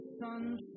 sun